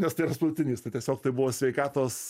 nes tai yra sultinys tai tiesiog tai buvo sveikatos